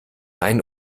ein